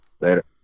Later